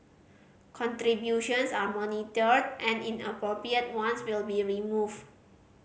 contributions are monitored and inappropriate ones will be removed